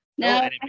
No